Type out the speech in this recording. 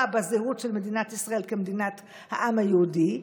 בזהות של מדינת ישראל כמדינת העם היהודי,